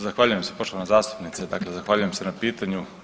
Zahvaljujem se poštovana zastupnice, dakle zahvaljujem se na pitanju.